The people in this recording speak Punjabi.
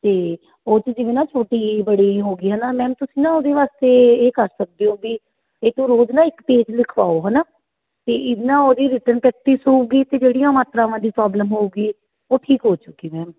ਅਤੇ ਉਹ 'ਚ ਜਿਵੇਂ ਨਾ ਛੋਟੀ ਈ ਬੜੀ ਈ ਹੋ ਗਈ ਹੈ ਨਾ ਮੈਮ ਤੁਸੀਂ ਨਾ ਉਹਦੇ ਵਾਸਤੇ ਇਹ ਕਰ ਸਕਦੇ ਹੋ ਵੀ ਇਹ ਤੋਂ ਰੋਜ਼ ਨਾ ਇੱਕ ਪੇਜ ਲਿਖਵਾਓ ਹੈ ਨਾ ਅਤੇ ਇਹ ਨਾ ਉਹਦੀ ਰਿਟਨ ਪ੍ਰੈਕਟਿਸ ਹੋਵੇਗੀ ਅਤੇ ਜਿਹੜੀਆਂ ਮਾਤਰਾਵਾਂ ਦੀ ਪ੍ਰੋਬਲਮ ਹੋਵੇਗੀ ਉਹ ਠੀਕ ਹੋਜੂਗੀ ਮੈਮ